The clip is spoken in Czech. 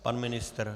Pan ministr?